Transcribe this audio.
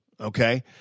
okay